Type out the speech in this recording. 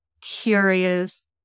curious